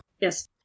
Yes